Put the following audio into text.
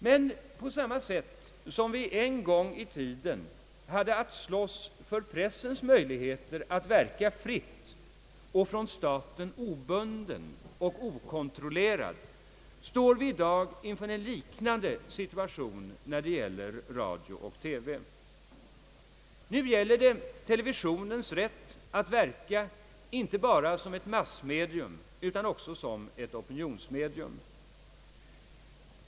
Men på samma sätt som vi en gång i tiden hade att slåss för pressens möjligheter att verka fritt och från staten obunden och okontrollerad står vi i dag inför en liknande situation när det gäller radio och TV. Nu gäller det televisionens rätt att ver ka inte bara som ett massmedium utan också som ett opinionsmedium.